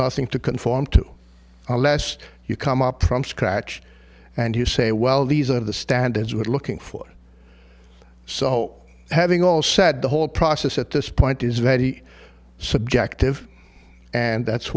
nothing to conform to the less you come up from scratch and you say well these are the standards we're looking for so having all said the whole process at this point is very subjective and that's